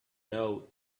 know